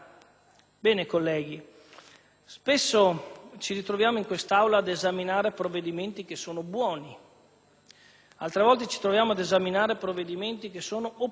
spesso ci ritroviamo in quest'Aula ad esaminare provvedimenti che sono buoni, altre volte ci troviamo ad esaminare provvedimenti che sono opportuni